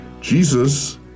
Jesus